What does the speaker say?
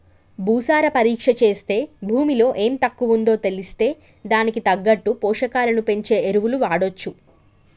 భూసార పరీక్ష చేస్తే భూమిలో ఎం తక్కువుందో తెలిస్తే దానికి తగ్గట్టు పోషకాలను పెంచే ఎరువులు వాడొచ్చు